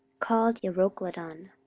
called euroclydon.